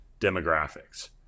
demographics